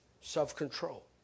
self-control